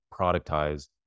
productized